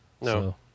No